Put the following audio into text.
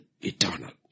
eternal